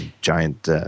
giant